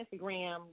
Instagram